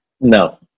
No